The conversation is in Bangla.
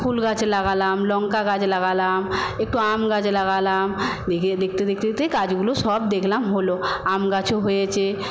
ফুল গাছ লাগালাম লঙ্কা গাছ লাগালাম একটু আম গাছ লাগালাম দেখে দেখতে দেখতে গাছগুলো সব দেখলাম হল আম গাছও হয়েছে